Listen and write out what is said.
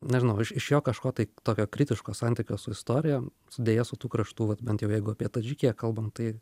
nežinau aš iš jo kažko tai tokio kritiško santykio su istorija su deja su tų kraštų vat bent jau jeigu apie tadžikiją kalbam tai